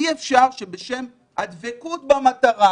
אי אפשר שבשם הדבקות במטרה